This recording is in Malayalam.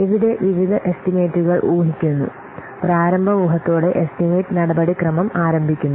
ഇവിടെ വിവിധ എസ്റ്റിമേറ്റുകൾ ഊഹിക്കുന്നു പ്രാരംഭ ഊഹത്തോടെ എസ്റ്റിമേറ്റ് നടപടിക്രമം ആരംഭിക്കുന്നു